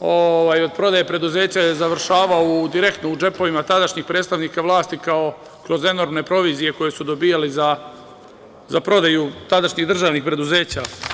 od prodaje preduzeća je završavao direktno u džepovima tadašnjih predstavnika vlasti kao kroz enormne provizije koje su dobijali za prodaju tadašnjih državnih preduzeća.